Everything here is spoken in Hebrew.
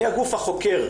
מי הגוף החוקר?